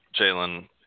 Jalen